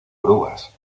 orugas